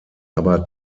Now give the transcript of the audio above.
aber